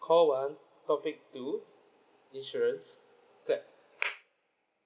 call one topic two insurance clap